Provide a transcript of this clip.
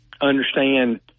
understand